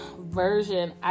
version